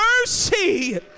mercy